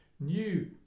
new